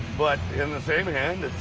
but in the same hand,